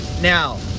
Now